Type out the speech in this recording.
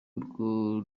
urwo